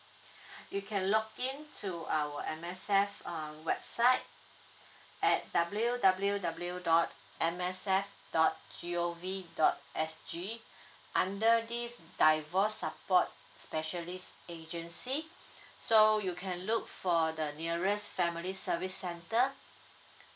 you can login to our M_S_F um website at W W W dot M S F dot G O V dot S G under this divorce support specialist agency so you can look for the nearest family service centre